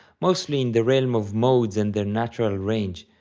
mostly in the realm of modes and their natural range,